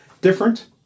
different